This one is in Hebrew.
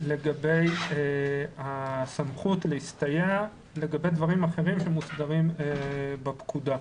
לגבי הסמכות להסתייע לגבי דברים אחרים שמוסדרים בפקודה.